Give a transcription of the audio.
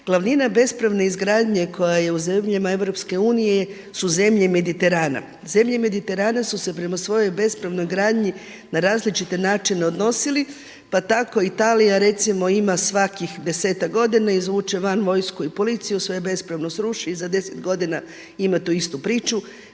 Glavnina bespravne izgradnje koja je u zemljama Europske unije su zemlje mediterana. Zemlje mediterana su se prema svojoj bespravnoj gradnji na različite načine odnosile pa tako Italija recimo ima svakih desetak godina izvuče van vojsku i policiju, sve bespravno sruši i za deset godina ima tu istu priču.